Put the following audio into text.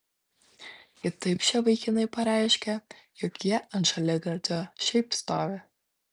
kitaip šie vaikinai pareiškia jog jie ant šaligatvio šiaip stovi